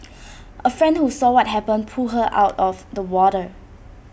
A friend who saw what happened pulled her out of the water